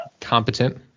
competent